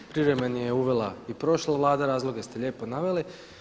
Privremeni je uvela i prošla Vlada, razloge ste lijepo naveli.